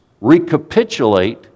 recapitulate